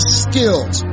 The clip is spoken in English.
skills